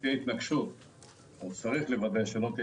תהיה התנגשות אז צריך לוודא שלא תהיה